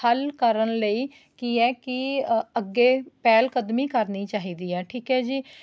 ਹੱਲ ਕਰਨ ਲਈ ਕੀ ਹੈ ਕਿ ਅੱਗੇ ਪਹਿਲ ਕਦਮੀ ਕਰਨੀ ਚਾਹੀਦੀ ਹੈ ਠੀਕ ਹੈ ਜੀ